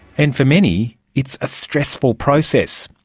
and for many it's a stressful process.